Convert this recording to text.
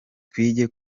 twige